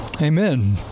amen